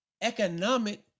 economic